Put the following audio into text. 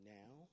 now